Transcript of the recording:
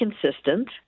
consistent